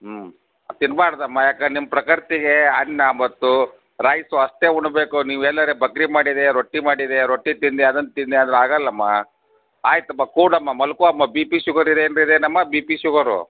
ಹ್ಞೂ ತಿನ್ನಬಾರ್ದಮ್ಮ ಯಾಕಂದ್ರೆ ನಿಮ್ಮ ಪ್ರಕೃತಿಗೆ ಅನ್ನ ಮತ್ತು ರೈಸು ಅಷ್ಟೇ ಉಣ್ಣಬೇಕು ನೀವು ಏನಾರೂ ಬಕ್ರಿ ಮಾಡಿದ್ರೆ ರೊಟ್ಟಿ ಮಾಡಿದ್ರೆ ರೊಟ್ಟಿ ತಿಂದ್ರೆ ಅದನ್ನು ತಿಂದ್ರೆ ಅಲ್ಲ ಆಗಲಮ್ಮ ಆಯಿತಮ್ಮ ಕೂರಮ್ಮ ಮಲ್ಕೋ ಅಮ್ಮ ಬಿ ಪಿ ಶುಗರ್ ಇದೆ ಏನು ಬೇರೆ ಏನಮ್ಮ ಬಿ ಪಿ ಶುಗರು